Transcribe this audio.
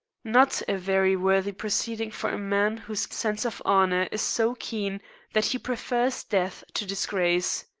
not a very worthy proceeding for a man whose sense of honor is so keen that he prefers death to disgrace.